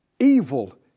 Evil